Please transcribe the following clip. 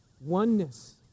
oneness